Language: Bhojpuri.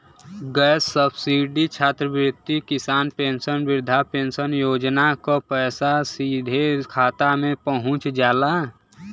गैस सब्सिडी छात्रवृत्ति किसान पेंशन वृद्धा पेंशन योजना क पैसा सीधे खाता में पहुंच जाला